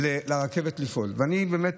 למה